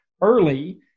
early